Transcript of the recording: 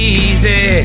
easy